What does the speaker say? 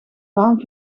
baan